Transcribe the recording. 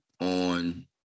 on